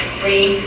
free